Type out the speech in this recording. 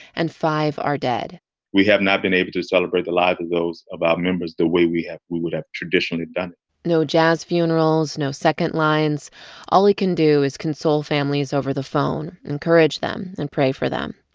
and five are dead we have not been able to celebrate the lives of those of our members the way we have we would have traditionally done no jazz funerals, no second lines all he can do is console families over the phone, encourage them and pray for them.